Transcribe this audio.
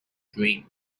dream